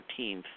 14th